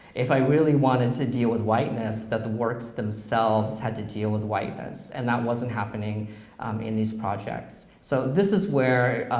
if i really wanted to deal with whiteness, the works themselves had to deal with whiteness, and that wasn't happening in these projects, so this is where